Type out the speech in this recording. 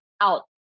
out